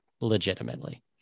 legitimately